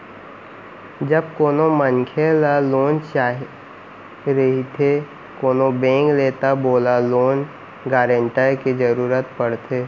जब कोनो मनखे ल लोन चाही रहिथे कोनो बेंक ले तब ओला लोन गारेंटर के जरुरत पड़थे